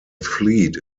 fleet